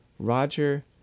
Roger